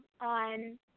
on